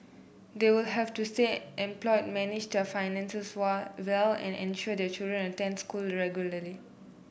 they will have to stay employed managed their finances well and ensure their children attend school regularly